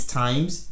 times